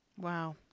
wow